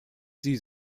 sie